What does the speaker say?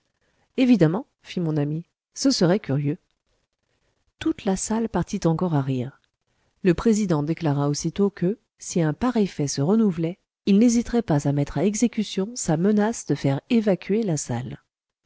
évidemment fit mon ami ce serait curieux toute la salle partit encore à rire le président déclara aussitôt que si un pareil fait se renouvelait il n'hésiterait pas à mettre à exécution sa menace de faire évacuer la salle